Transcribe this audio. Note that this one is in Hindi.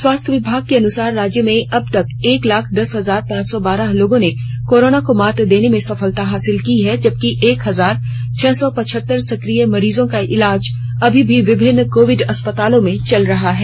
स्वास्थ्य विभाग के अनुसार राज्य में अब तक एक लाख दस हजार पांच सौ बारह लोगों ने कोरोना को मात देने में सफलता हासिल की है जबकि एक हजार छह सौ पचहत्तर सक्रिय मरीजों का इलाज अब भी विभिन्न कोविड अस्पतालों में चल रहा है